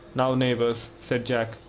now, neighbours, said jack,